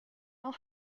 will